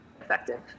effective